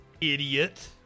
Idiot